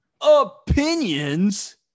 opinions